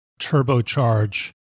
turbocharge